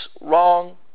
Wrong